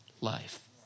life